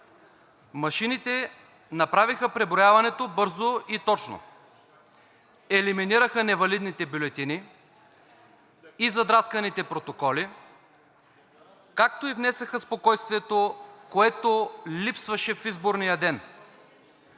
Машините направиха преброяването бързо и точно. Елиминираха невалидните бюлетини и задрасканите протоколи, както и внесоха спокойствието, което липсваше в изборния ден.